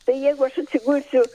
tai jeigu aš atsigulsiu